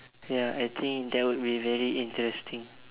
ya I think that will be very interesting